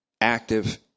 active